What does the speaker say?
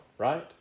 Right